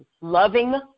loving